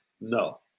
No